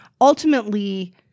Ultimately